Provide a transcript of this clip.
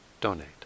donate